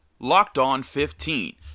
LOCKEDON15